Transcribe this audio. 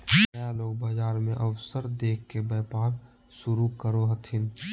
नया लोग बाजार मे अवसर देख के व्यापार शुरू करो हथिन